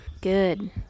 Good